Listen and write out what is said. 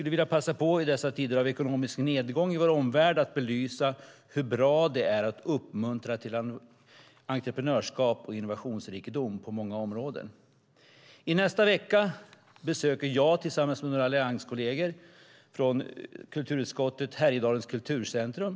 I dessa tider av ekonomisk nedgång i vår omvärld skulle jag vilja passa på att belysa hur bra det är att uppmuntra till entreprenörskap och innovationsrikedom på många områden. I nästa vecka besöker jag tillsammans med några allianskolleger från kulturutskottet Härjedalens Kulturcentrum.